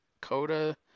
CODA